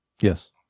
Yes